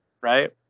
right